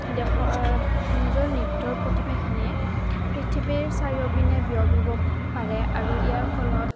দেশ নিজৰ নৃত্যৰ প্ৰতিভাখিনিয়ে পৃথিৱীৰ চাৰিওপিনে বিয়পিব পাৰে আৰু ইয়াৰ ফলত